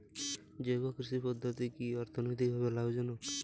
জৈব কৃষি পদ্ধতি কি অর্থনৈতিকভাবে লাভজনক?